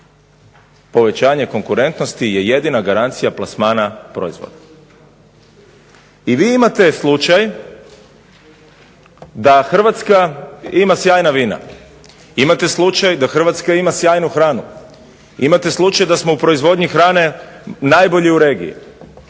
Povećanje konkurentnosti je jedina garancija plasmana proizvoda. I vi imate slučaj da Hrvatska ima sjajna vina, imate slučaj da Hrvatska ima sjajnu hranu, imate slučaj da smo u proizvodnji hrane najbolji u regiji,